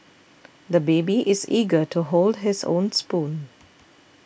the baby is eager to hold his own spoon